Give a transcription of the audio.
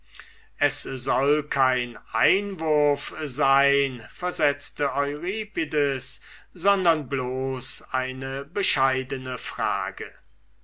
es soll kein einwurf sein versetzte euripides sondern bloß eine bescheidene frage